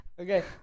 Okay